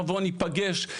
נבוא ניפגש,